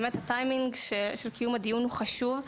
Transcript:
הטיימינג של קיום הדיון הוא חשוב.